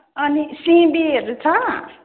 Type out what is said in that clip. अनि सिमीहरू छ